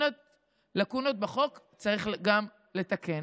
לקונות בחוק צריך לתקן.